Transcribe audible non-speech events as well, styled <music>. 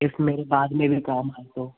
yes मेरे बाद में भी <unintelligible>